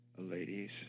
Ladies